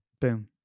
Boom